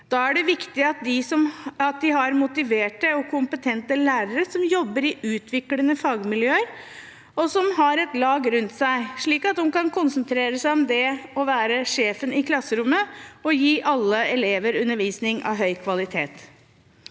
Da er det viktig at de har motiverte og kompetente lærere som jobber i utviklende fagmiljøer, og som har et lag rundt seg, slik at de kan konsentrere seg om å være sjefen i klasserommet og gi alle elever undervisning av høy kvalitet.